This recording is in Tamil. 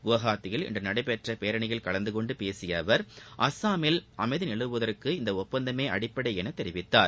கௌஹாத்தியில் இன்று நடைபெற்ற பேரணியில் கலந்து கொண்டு பேசிய அவர் அசாமில் அமைதி நிலவுவதற்கு இந்த ஒப்பந்தமே அடிப்படை என தெரிவித்தார்